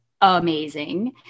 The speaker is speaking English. amazing